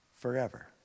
Forever